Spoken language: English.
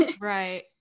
Right